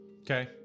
Okay